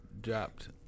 Dropped